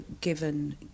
given